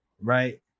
right